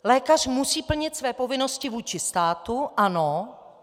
Lékař musí plnit své povinnosti vůči státu ano.